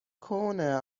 corner